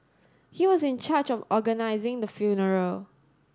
he was in charge of organising the funeral